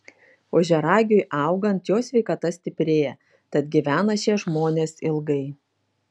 ožiaragiui augant jo sveikata stiprėja tad gyvena šie žmonės ilgai